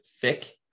thick